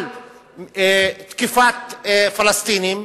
על תקיפת פלסטינים,